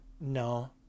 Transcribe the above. No